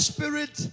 Spirit